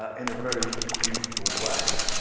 ah in a very beautiful way.